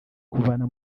kuvana